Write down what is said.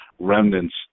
remnants